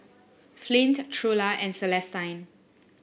Flint Trula and Celestine